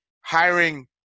hiring